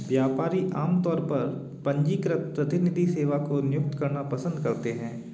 व्यापारी आमतौर पर पंजीकृत प्रतिनिधि सेवा को नियुक्त करना पसंद करते हैं